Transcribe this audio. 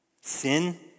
sin